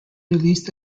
released